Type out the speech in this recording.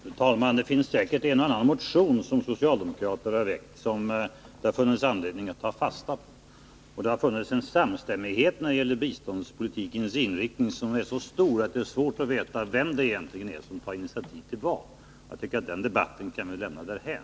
Fru talman! Det finns säkert en och annan motion som socialdemokrater har väckt som det har funnits anledning att ta fasta på. Det har över huvud taget funnits en samstämmighet när det gäller biståndspolitikens inriktning som gör det svårt att veta vem det egentligen är som tar initiativ till vad. Jag tycker att den debatten kan vi lämna därhän.